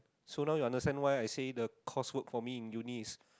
so now you understand why I said the course work for me in Uni is